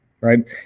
right